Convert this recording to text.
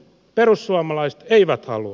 perussuomalaiset eivät halua